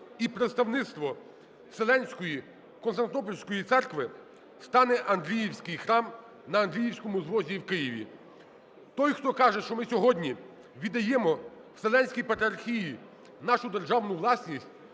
і представництво Вселенської Константинопольської Церкви, стане Андріївський храм на Андріївському узвозі в Києві. Той, хто каже, що ми сьогодні віддаємо Вселенській Патріархії нашу державну власність,